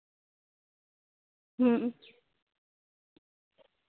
ᱦᱮᱸ